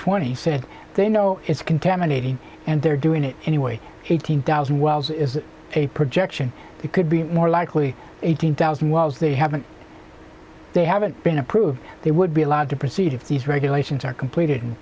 twenty said they know it's contaminating and they're doing it anyway eighteen thousand wells is a projection it could be more likely eighteen thousand wells they haven't they haven't been approved they would be allowed to proceed if these regulations are completed and